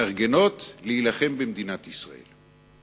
מתארגנות להילחם במדינת ישראל.